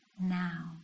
now